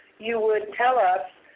you would tell us,